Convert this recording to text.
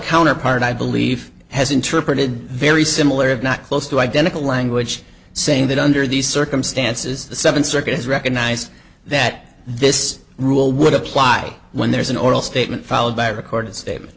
counterpart i believe has interpreted very similar of not close to identical language saying that under these circumstances the seventh circuit has recognized that this rule would apply when there is an oral statement followed by a recorded statement